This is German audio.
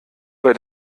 bei